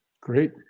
Great